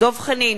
דב חנין,